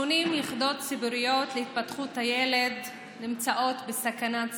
80 יחידות ציבוריות להתפתחות הילד נמצאות בסכנת סגירה.